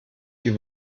die